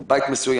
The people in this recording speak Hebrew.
בתוך בית מסוים,